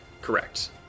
Correct